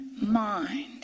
mind